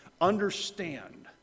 understand